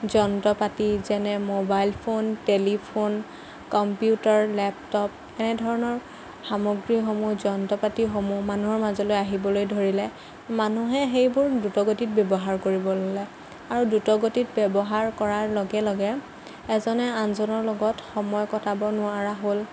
যন্ত্ৰ পাতি যেনে mobile phone telephone computer laptop এনেধৰণৰ সামগ্ৰীসমূহ যন্ত্ৰ পাতিসমূহ মানুহৰ মাজলৈ আহিব ধৰিলে মানুহে সেইবোৰ দ্ৰুতগতিত ব্যৱহাৰ কৰিবলৈ ল'লে আৰু দ্ৰুত গতিত ব্যৱহাৰ কৰাৰ লগে লগে এজনে আনজনৰ লগত সময় কটাব নোৱাৰা হ'ল